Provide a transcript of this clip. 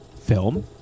film